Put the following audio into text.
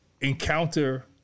encounter